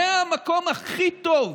מהמקום הכי טוב,